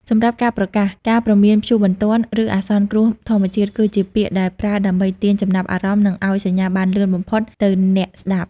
សម្រាប់ការប្រកាស ការព្រមានព្យុះបន្ទាន់ឬអាសន្នគ្រោះធម្មជាតិគឺជាពាក្យដែលប្រើដើម្បីទាញចំណាប់អារម្មណ៍និងឲ្យសញ្ញាបានលឿនបំផុតទៅអ្នកស្តាប់។